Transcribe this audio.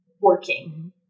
working